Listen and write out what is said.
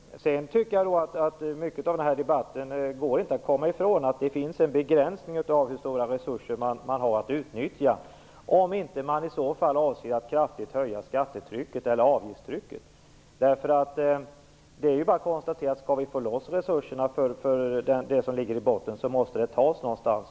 Sedan tycker jag att det inte går att komma i från att det finns en begränsning av hur stora resurser man har att utnyttja om man inte avser att höja skattetrycket eller avgiftstrycket kraftigt. Skall vi få loss resurserna för den del som ligger i botten måste det tas någonstans.